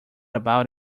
about